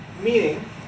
meaning